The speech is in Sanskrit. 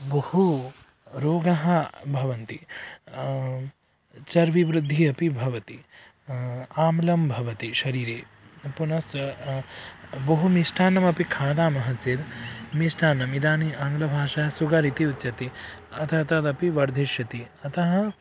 बहु रोगाः भवन्ति चर्वीवृद्धिः अपि भवति आम्लं भवति शरीरे पुनश्च बहु मिष्टान्नमपि खादामः चेद् मिष्टान्नम् इदानीम् आङ्ग्लभाषा सुगर् इति उच्यते अतः तदपि वर्धिष्यति अतः